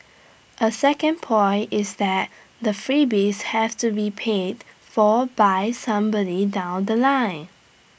A second point is that the freebies have to be paid for by somebody down The Line